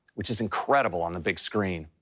which is incredible on the big screen.